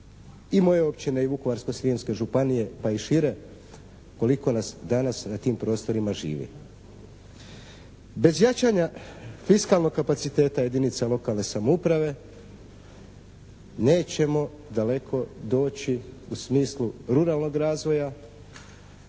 i moje općine i Vukovarsko-srijemske županije pa i šire koliko nas danas na tim prostorima živi. Bez jačanja fiskalnog kapaciteta jedinica lokalne samouprave nećemo daleko doći u smislu ruralnog razvoja